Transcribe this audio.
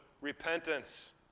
repentance